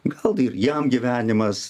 gal ir jam gyvenimas